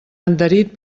adherit